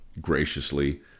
graciously